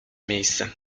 miejsce